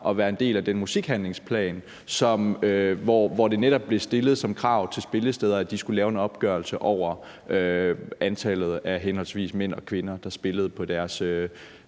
at være en del af den musikhandlingsplan, hvor det netop blev stillet som krav til spillesteder, at de skulle lave en opgørelse over antallet af henholdsvis mænd og kvinder, der spillede på deres